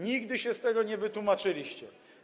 Nigdy się z tego nie wytłumaczyliście.